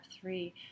three